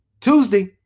Tuesday